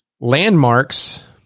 Landmarks